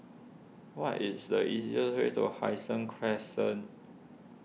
what is the easiest way to Hai Sing Crescent